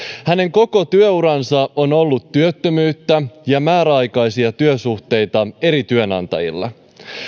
hänen koko työuransa on ollut työttömyyttä ja määräaikaisia työsuhteita eri työnantajilla